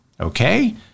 Okay